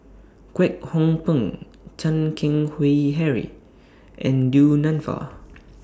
Kwek Hong Png Chan Keng Howe Harry and Du Nanfa